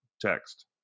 text